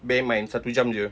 bear in mind satu jam jer